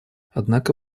однако